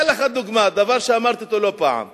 אני אתן לך דוגמה, דבר שאמרתי אותו לא פעם אחת.